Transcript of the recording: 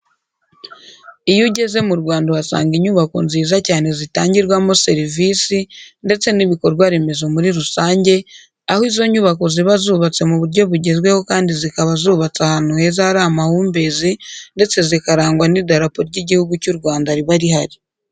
Iyo ugeze mu Rwanda uhasanga inyubako nziza cyane zitangirwamo serivisi ndetse n'ibikorwa remezo muri rusange, aho izo nyubako ziba zubatse mu buryo bugezweho kandi zikaba zubatse ahantu heza hari amahumbezi ndetse zikarangwa n'idarapo ry'Igihugu cy'u Rwanda riba rihari.